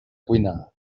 cuinar